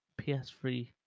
PS3